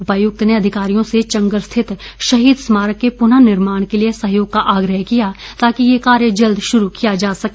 उपायुक्त ने अधिकारियों से चंगर स्थित शहीद समारक के पुनः निर्माण के लिए सहयोग का आग्रह किया ताकि ये कार्य जल्द शुरू किया जा सके